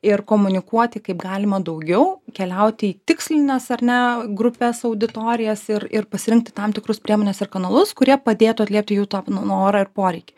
ir komunikuoti kaip galima daugiau keliauti į tikslines ar ne grupes auditorijas ir ir pasirinkti tam tikrus priemones ir kanalus kurie padėtų atliepti jų tą norą ir poreikį